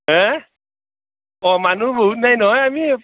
হে অঁ মানুহ বহুত নাই নহয় আমি